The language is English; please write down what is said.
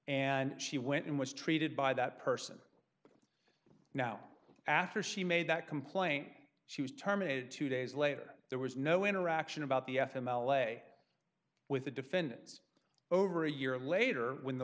and she went and was treated by that person now after she made that complaint she was terminated two days later there was no interaction about the f m l a with the defendants over a year later when the